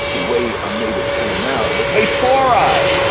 the way i made it cool now. it was, hey, four eyes!